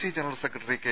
C general secretary K